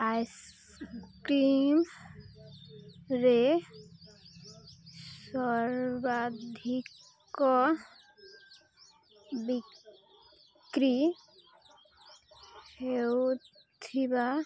ice cream ରେ ସର୍ବାଧିକ ବିକ୍ରି ହେଉଥିବା